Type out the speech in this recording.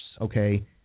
okay